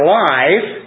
life